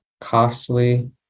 costly